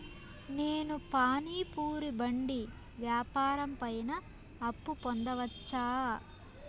నేను పానీ పూరి బండి వ్యాపారం పైన అప్పు పొందవచ్చా?